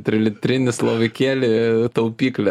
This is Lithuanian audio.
trilitrinį slovikėlį taupyklę